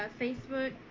Facebook